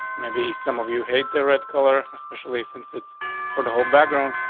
maybe some of you hate the red color, especially since it's for the whole background.